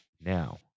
Now